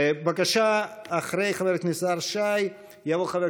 בבקשה, אחרי חבר הכנסת יזהר שי יבוא